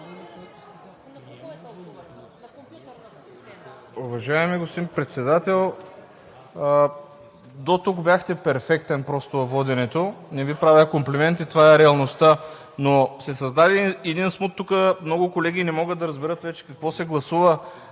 Уважаеми господин Председател, дотук бяхте перфектен просто във воденето. Не Ви правя комплименти, а това е реалността. Но се създаде един смут. Тук много колеги не могат да разберат вече какво се гласува.